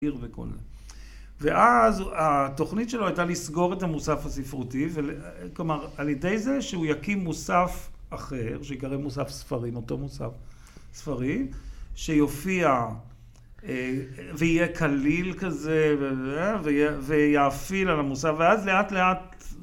...וכל זה. ואז, התוכנית שלו הייתה לסגור את המוסף הספרותי, כלומר על ידי זה שהוא יקים מוסף אחר, שיקרא מוסף ספרים, אותו מוסף ספרים, שיופיע, ויהיה קליל כזה וזה, ויאפיל על המוסף... ואז לאט לאט